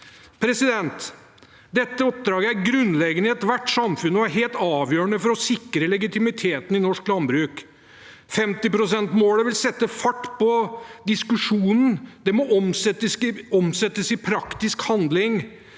viktigere. Dette oppdraget er grunnleggende i ethvert samfunn og helt avgjørende for å sikre legitimiteten i norsk landbruk. Målet på 50 pst. vil sette fart på diskusjonen. Det må omsettes i praktisk handling,